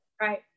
Right